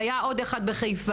והיה עוד אחד בחיפה,